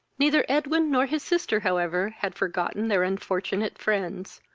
neither edwin nor his sister however had forgotten their unfortunate friends.